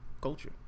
culture